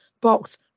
box